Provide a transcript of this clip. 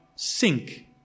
sink